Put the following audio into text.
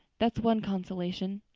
that's one consolation.